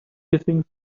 hissing